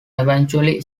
eventually